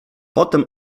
potem